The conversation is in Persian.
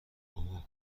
اوه